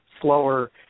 slower